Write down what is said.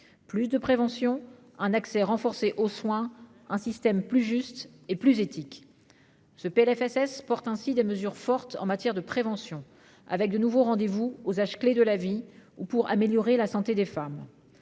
plus de prévention, un accès renforcé aux soins, un système plus juste et plus éthique ce PLFSS porte ainsi des mesures fortes en matière de prévention avec le nouveau rendez-vous aux âges clés de la vie ou pour améliorer la santé des femmes